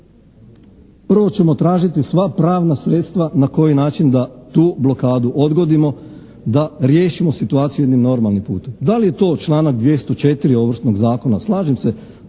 Prvo ćemo tražiti sva pravna sredstva na koji način da tu blokadu odgodimo, da riješimo situaciju jednim normalnim putem. Da li je to članak 204. Ovršnog zakona, slažem se,